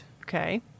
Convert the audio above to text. Okay